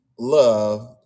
love